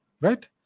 right